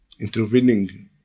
intervening